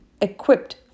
equipped